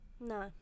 No